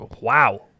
Wow